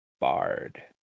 bard